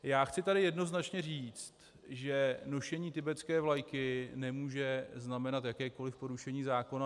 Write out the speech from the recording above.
Já chci tady jednoznačně říct, že nošení tibetské vlajky nemůže znamenat jakékoliv porušení zákona.